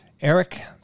Eric